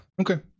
Okay